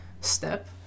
step